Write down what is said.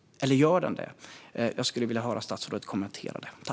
Eller gör den det? Jag skulle vilja höra statsrådet kommentera detta.